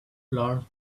large